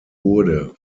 wurde